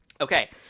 okay